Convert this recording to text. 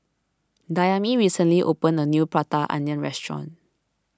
Dayami recently opened a new Prata Onion restaurant